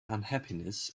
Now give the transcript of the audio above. unhappiness